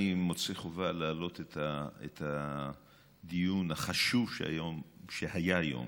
אני מוצא חובה להעלות את הדיון החשוב שהיה היום